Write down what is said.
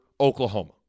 Oklahoma